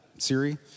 Siri